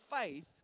faith